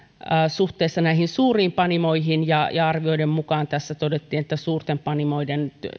suhteessa näihin suuriin panimoihin arvioiden mukaan suurten panimoiden